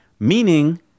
Meaning